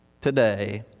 Today